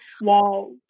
wow